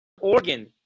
organ